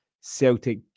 Celtic